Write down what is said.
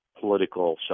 political